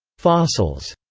fossils,